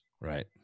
Right